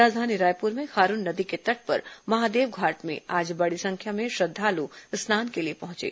राजधानी रायपुर में खारून नदी के तट पर महादेवघाट में आज बड़ी संख्या में श्रद्दालु स्नान के लिए पहुंचे